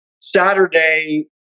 Saturday